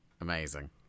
Amazing